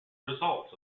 results